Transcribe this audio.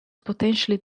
potentially